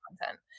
content